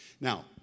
Now